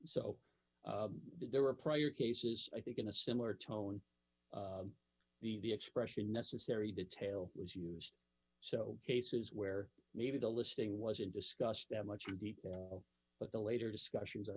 so there were prior cases i think in a similar tone the the expression necessary detail was used so cases where maybe the listing wasn't discussed that much but the later discussions